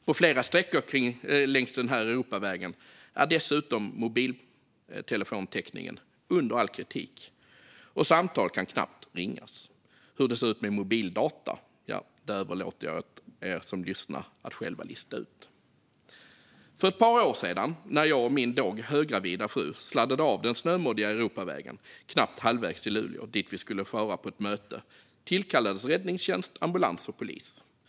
På flera sträckor längs denna Europaväg är dessutom mobiltelefontäckningen under all kritik - samtal kan knappt ringas. Hur det ser ut med mobildata överlåter jag åt er som lyssnar att själva lista ut. För ett par år sedan sladdade jag och min då höggravida fru av den snömoddiga Europavägen knappt halvvägs till Luleå, dit vi skulle fara för ett möte. Räddningstjänst, ambulans och polis tillkallades.